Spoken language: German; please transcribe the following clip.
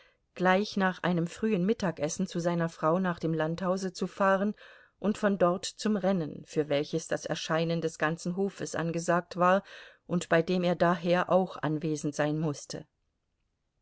gleich nach einem frühen mittagessen zu seiner frau nach dem landhause zu fahren und von dort zum rennen für welches das erscheinen des ganzen hofes angesagt war und bei dem er daher auch anwesend sein mußte